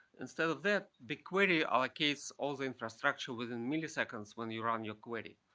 instead of that, bigquery allocates all the infrastructure within milliseconds when you run your query,